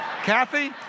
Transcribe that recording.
Kathy